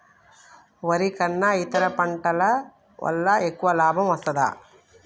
వరి కన్నా ఇతర పంటల వల్ల ఎక్కువ లాభం వస్తదా?